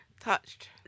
touched